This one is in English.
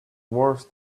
worse